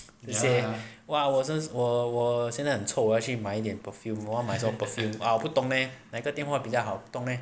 一些哇我真我我现在很臭我要去买一点 perfume 我要买什么 perfume ah 我不懂 leh 哪一个电话比较好不懂 leh